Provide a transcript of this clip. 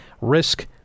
risk